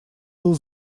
был